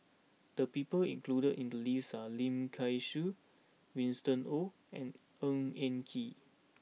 the people included in the list are Lim Kay Siu Winston Oh and Ng Eng Kee